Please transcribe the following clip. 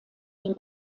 den